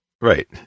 Right